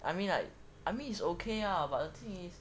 I mean like I mean it's okay lah but the thing is